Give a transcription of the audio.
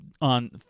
on